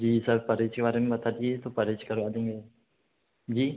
जी sir परहेज के बारे में बता दीजिए तो परहेज करवा देंगे जी